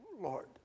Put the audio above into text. Lord